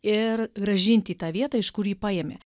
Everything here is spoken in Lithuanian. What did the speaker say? ir grąžint į tą vietą iš kur jį paėmė